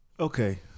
Okay